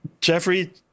Jeffrey